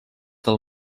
del